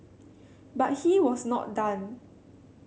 but he was not done